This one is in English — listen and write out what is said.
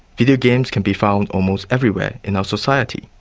videogames can be found almost everywhere in our society,